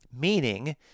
meaning